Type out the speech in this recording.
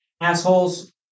assholes